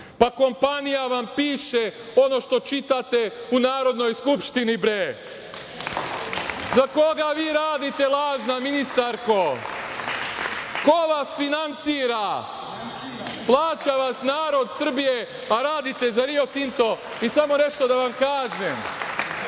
Pa, kompanija vam piše ono što čitate u Narodnoj skupštini, bre. Za koga vi radite, lažna ministarko? Ko vas finansira? Plaća vas narod Srbije, a radite za Rio Tinto. Samo nešto da vam kažem,